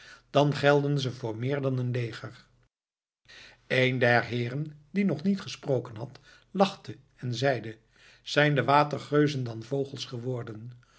dan gelden ze voor meer dan een leger een der heeren die nog niet gesproken had lachte en zeide zijn de watergeuzen dan vogels geworden